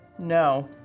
No